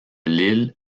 lille